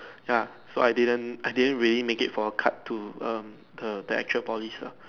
ya so I didn't I didn't really make it for cut to um the the actual polys lah